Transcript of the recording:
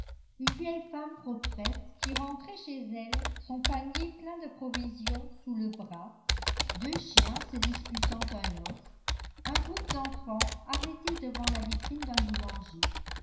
une vieille femme proprette qui rentrait chez elle son panier plein de provisions sous le bras deux chiens se disputant un os un groupe d'enfants arrêté devant la vitrine d'un boulanger